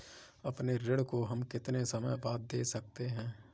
अपने ऋण को हम कितने समय बाद दे सकते हैं?